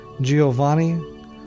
Giovanni